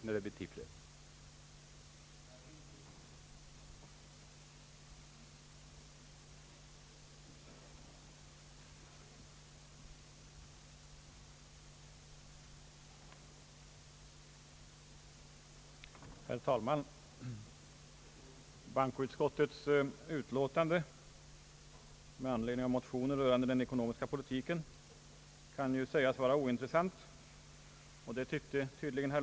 Nu ber jag att få yrka bifall till ut